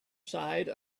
side